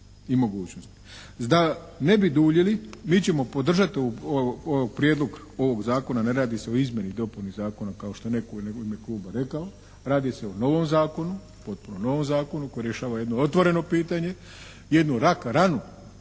i mogućnosti. Da ne bi duljili mi ćemo podržati prijedlog ovog zakona ne radi se o izmjeni i dopuni zakona kao što je netko u ime kluba rekao. Radi se o novom zakonu, potpuno novom zakonu koji rješava jedno otvoreno pitanje, jednu rak ranu